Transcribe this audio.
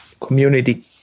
community